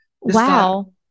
Wow